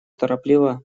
торопливо